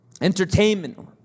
entertainment